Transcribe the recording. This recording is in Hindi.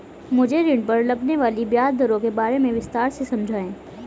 मुझे ऋण पर लगने वाली ब्याज दरों के बारे में विस्तार से समझाएं